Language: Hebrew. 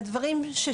לגבי הדברים ששאלת,